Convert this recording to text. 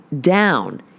down